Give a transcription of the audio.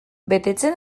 betetzen